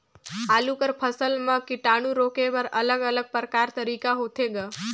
आलू कर फसल म कीटाणु रोके बर अलग अलग प्रकार तरीका होथे ग?